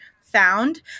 Found